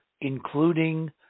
including